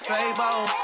Fable